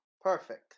perfect